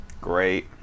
Great